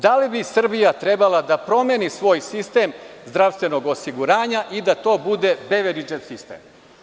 Da li bi Srbija trebala da promeni svoj sistem zdravstvenog osiguranja i da to bude Beveridžev sistem.